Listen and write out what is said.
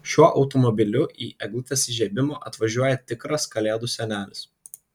šiuo automobiliu į eglutės įžiebimą atvažiuoja tikras kalėdų senelis